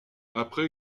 après